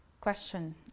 question